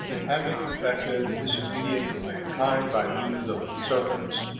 having effected the disobedience of mankind by means of the serpent,